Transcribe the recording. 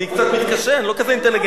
אני קצת מתקשה, אני לא כזה אינטליגנט.